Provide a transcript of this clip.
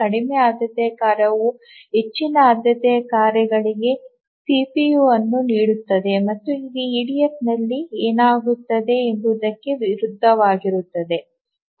ಕಡಿಮೆ ಆದ್ಯತೆಯ ಕಾರ್ಯವು ಹೆಚ್ಚಿನ ಆದ್ಯತೆಯ ಕಾರ್ಯಗಳಿಗೆ ಸಿಪಿಯು ಅನ್ನು ನೀಡಬೇಕು ಮತ್ತು ಇದು ಇಡಿಎಫ್ನಲ್ಲಿ ಏನಾಗುತ್ತದೆ ಎಂಬುದಕ್ಕೆ ವಿರುದ್ಧವಾಗಿರುತ್ತದೆ